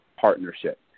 partnership